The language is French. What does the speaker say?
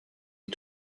est